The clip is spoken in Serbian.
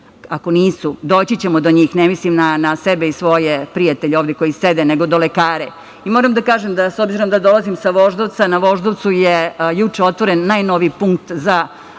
ako nisu doći ćemo do njih, ne mislim na sebe i svoje prijatelje ovde koji sede, nego na lekare. Moram da kažem, s obzirom, da dolazim sa Voždovca, na Voždovcu je juče otvoren najnoviji punkt za